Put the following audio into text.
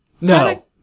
No